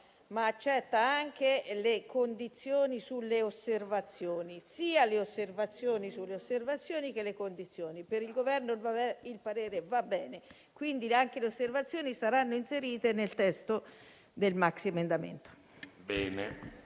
e anche le condizioni sulle osservazioni: sia le osservazioni sulle osservazioni, che le condizioni. Per il Governo il parere va bene e, quindi, anche le osservazioni saranno inserite nel testo del maxiemendamento.